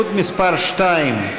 רויטל סויד,